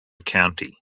county